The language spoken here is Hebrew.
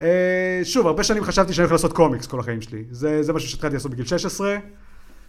שוב, הרבה שנים חשבתי שאני הולך לעשות קומיקס כל החיים שלי, זה משהו שהתחלתי לעשות בגיל 16